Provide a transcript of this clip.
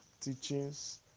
teachings